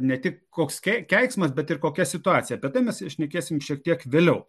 ne tik koks kei keiksmas bet ir kokia situacija apie tai mes šnekėsim šiek tiek vėliau